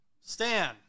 Stan